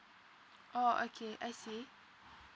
orh okay I see